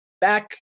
back